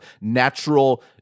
natural